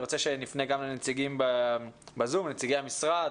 אני רוצה שנפנה גם לנציגים בזום, נציגי המשרד.